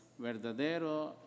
verdadero